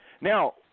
Now